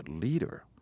leader